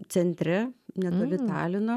centre netoli talino